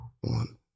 One